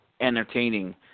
entertaining